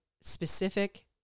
specific